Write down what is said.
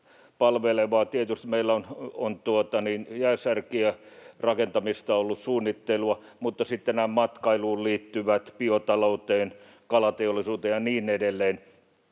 meillä on jäänsärkijärakentamista ollut, suunnittelua, mutta sitten nämä matkailuun liittyvät, biotalouteen, kalateollisuuteen ja niin edelleen.